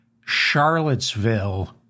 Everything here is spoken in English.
Charlottesville